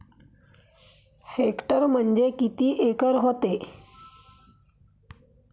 Hectare म्हणजे किती acre व्हते?